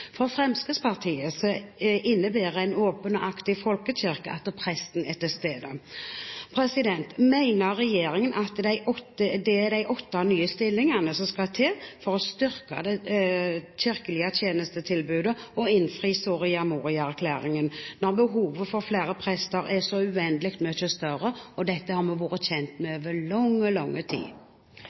For Fremskrittspartiet innebærer en åpen og aktiv folkekirke at presten er til stede. Mener regjeringen at det er de åtte nye stillingene som skal til for å styrke det kirkelige tjenestetilbudet og innfri Soria Moria-erklæringen – når behovet for flere prester er så uendelig mye større? Dette har vi vært kjent med i lang, lang tid.